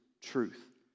truth